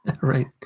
Right